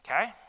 Okay